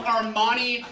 Armani